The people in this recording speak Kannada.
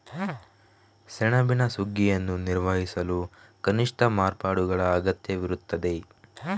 ಸೆಣಬಿನ ಸುಗ್ಗಿಯನ್ನು ನಿರ್ವಹಿಸಲು ಕನಿಷ್ಠ ಮಾರ್ಪಾಡುಗಳ ಅಗತ್ಯವಿರುತ್ತದೆ